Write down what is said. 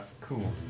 cool